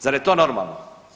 Zar je to normalno?